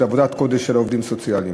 את עבודת הקודש של העובדים הסוציאליים,